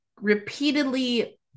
repeatedly